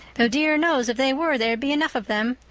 though dear knows if they were there'd be enough of them.